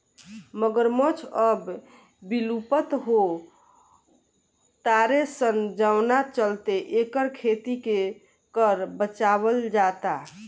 मगरमच्छ अब विलुप्त हो तारे सन जवना चलते एकर खेती के कर बचावल जाता